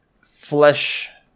flesh